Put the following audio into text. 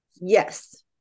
Yes